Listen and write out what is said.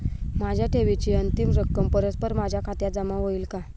माझ्या ठेवीची अंतिम रक्कम परस्पर माझ्या खात्यात जमा होईल का?